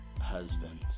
husband